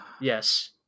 Yes